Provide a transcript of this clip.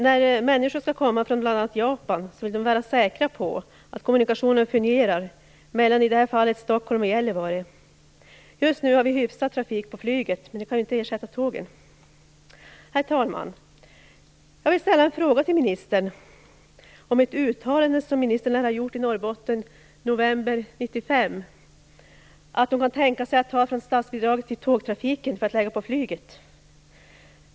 När människor skall komma från bl.a. Japan vill de vara säkra på att kommunikationerna fungerar mellan i det här fallet Stockholm och Gällivare. Just nu har vi hyfsad trafik på flyget, men det kan ju inte ersätta tågen. Herr talman! Jag vill ställa en fråga till ministern om ett uttalande som ministern lär ha gjort i Norrbotten i november 1995. Hon sade då att hon kan tänka sig att ta från statsbidraget till tågtrafiken för att lägga på flyget.